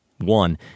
one